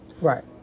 Right